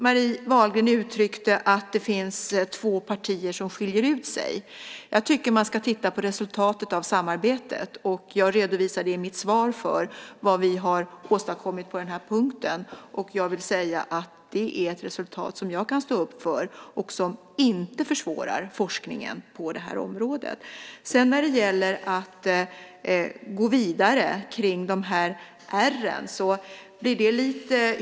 Marie Wahlgren uttryckte att det finns två partier som skiljer ut sig. Jag tycker att man ska titta på resultatet av samarbetet. Jag redovisade i mitt svar vad vi har åstadkommit på den här punkten. Jag vill säga att det är ett resultat som jag kan stå upp för och som inte försvårar forskningen på området. Det blir lite hypotetiskt att gå vidare med de här R:en.